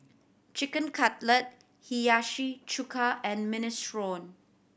Chicken Cutlet Hiyashi Chuka and Minestrone